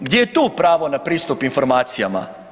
Gdje je tu pravo na pristup informacijama?